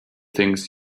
things